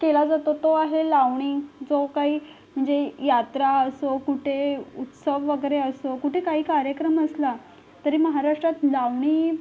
केला जातो तो आहे लावणी जो काही म्हणजे यात्रा असो कुठे उत्सव वगैरे असो कुठे काही कार्यक्रम असला तरी महाराष्ट्रात लावणी